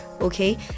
okay